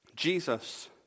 Jesus